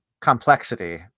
complexity